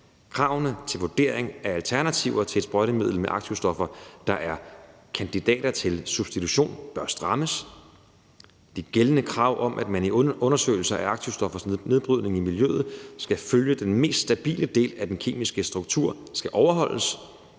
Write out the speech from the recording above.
Kravene til vurdering af alternativer til et sprøjtemiddel med aktivstoffer, der er kandidater til substitution, bør strammes. De gældende krav om, at man i undersøgelser af aktivstoffers nedbrydning i miljøet skal følge den mest stabile del af den kemiske struktur, skal overholdes,